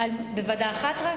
רק בוועדה אחת?